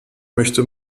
möchte